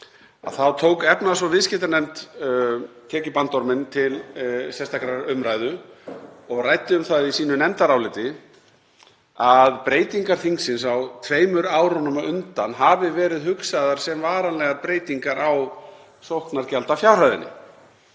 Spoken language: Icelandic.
þá tók efnahags- og viðskiptanefnd tekjubandorminn til sérstakrar umræðu og ræddi um það í sínu nefndaráliti að breytingar þingsins á árunum tveimur á undan hafi verið hugsaðar sem varanlegar breytingar á sóknargjaldafjárhæðinni.